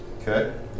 Okay